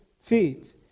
feet